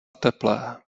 teplé